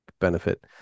benefit